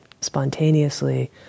spontaneously